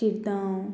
तिर्तांव